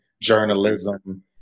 journalism